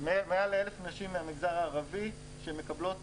מעל ל-1,000 נשים מהמגזר הערבי שמקבלות